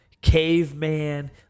caveman